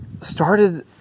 started